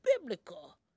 biblical